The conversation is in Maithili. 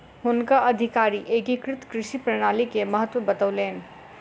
हुनका अधिकारी एकीकृत कृषि प्रणाली के महत्त्व बतौलैन